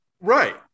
Right